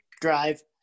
drive